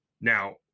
Now